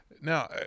now